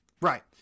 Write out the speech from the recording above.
right